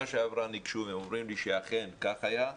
שעברה ניגשו הם אומרים לי שאכן כך היה,